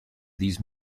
these